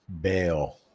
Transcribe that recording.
bail